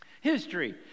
History